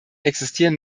existieren